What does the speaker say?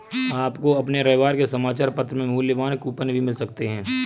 आपको अपने रविवार के समाचार पत्र में मूल्यवान कूपन भी मिल सकते हैं